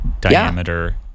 diameter